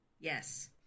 Yes